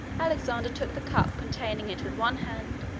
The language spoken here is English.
alexander took the cup containing it with one hand,